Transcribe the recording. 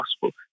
possible